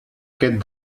aquest